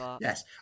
Yes